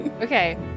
Okay